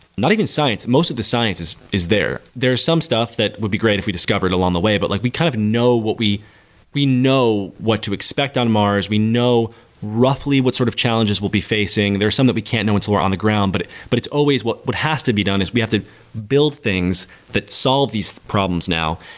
not even science. most of the science is is there. there are some stuff that would be great if we discovered along the way, but like we kind of know what we we know what to expect on mars. we know roughly what sort of challenges we'll be facing. there are some that we can't know until were on the ground, but but it's always what what has to be done is we have the build things that solve these problems now.